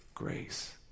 grace